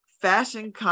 fashion